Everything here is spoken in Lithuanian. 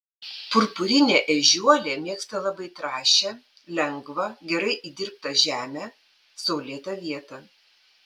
purpurinė ežiuolė mėgsta labai trąšią lengvą gerai įdirbtą žemę saulėtą vietą